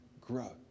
grow